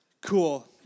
Cool